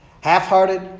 Half-hearted